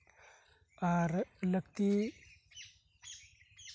ᱟᱨ ᱞᱟᱠᱛᱤ